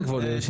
כן,